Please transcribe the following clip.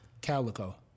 Calico